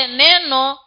neno